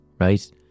right